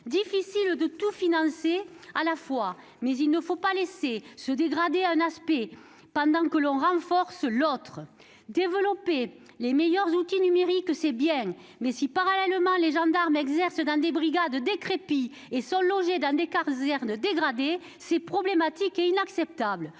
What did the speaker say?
difficile de tout financer à la fois, mais il ne faut pas laisser se dégrader un aspect pendant que l'on en renforce un autre. Développer les meilleurs outils numériques, c'est bien, mais si parallèlement les gendarmes exercent dans des brigades décrépites et sont logés dans des casernes dégradées, c'est problématique et inacceptable.